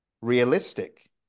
realistic